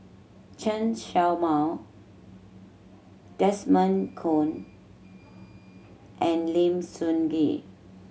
Chen Show Mao Desmond Kon and Lim Sun Gee